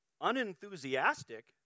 unenthusiastic